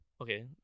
okay